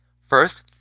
first